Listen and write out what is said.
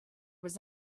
was